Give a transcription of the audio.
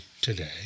today